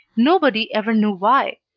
nobody ever knew why.